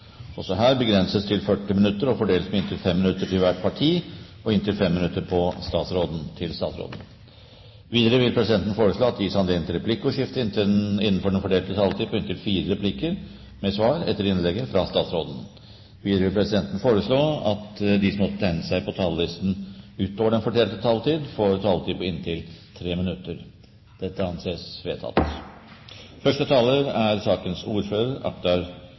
også praktisk, fra finansnæringens side. Replikkordskiftet er over. Flere har heller ikke bedt om ordet til sak nr. 1. Etter ønske fra justiskomiteen vil presidenten foreslå at taletiden begrenses til 40 minutter og fordeles med inntil 5 minutter til hvert parti og inntil 5 minutter til statsråden. Videre vil presidenten foreslå at det ikke gis anledning til replikkordskifte, og at de som måtte tegne seg på talerlisten utover den fordelte taletid, får en taletid på inntil 3 minutter. – Det anses vedtatt.